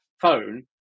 phone